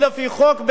או לפי חוק,